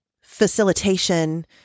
facilitation